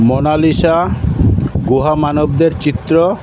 Mona Lisa গুহা মানবদের চিত্র